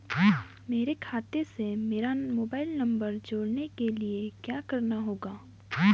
मेरे खाते से मेरा मोबाइल नम्बर जोड़ने के लिये क्या करना होगा?